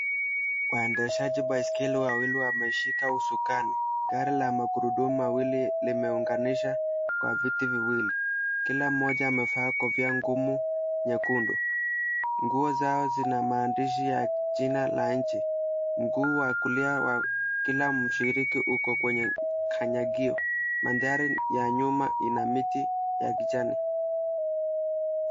Waendeshaji baiskeli wawili wameshika usukani. Gari la magurudumu mawili limeunganisha kwa viti viwili, kila mmoja amevaa kofia ngumu nyekundu. Nguo zao zina maandishi ya jina la nchi, mguu wa kulia wa kila mshiriki uko kwenye kanyagio. Mandhari ya nyuma ina miti ya kijani.